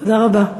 תודה רבה.